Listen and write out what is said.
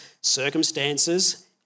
circumstances